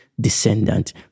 descendant